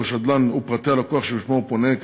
שדלן ואת פרטי הלקוח שבשמו הוא פונה,